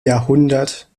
jahrhundert